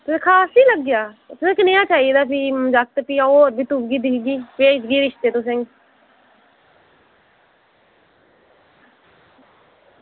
ते खास निं लग्गेआ ते तुसें कनेहा चाहिदा जागत ते भी अं'ऊ होर बी तुप्पगी दिक्खगी भेजगी रिश्ते तुसेंगी